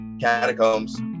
catacombs